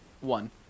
One